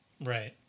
Right